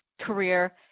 career